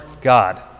god